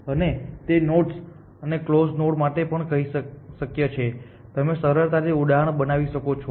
અને તે નોડ્સ અને કલોઝ નોડ માટે પણ શક્ય છે તમે સરળતાથી ઉદાહરણ બનાવી શકો છો